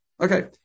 Okay